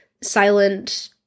silent